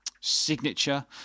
signature